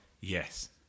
Yes